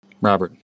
Robert